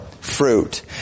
fruit